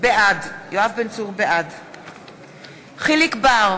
בעד יחיאל חיליק בר,